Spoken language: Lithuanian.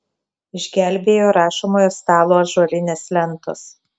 išgelbėjo rašomojo stalo ąžuolinės lentos